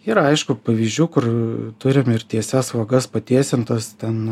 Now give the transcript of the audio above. yra aišku pavyzdžių kur turim ir tiesias vagas patiesintas ten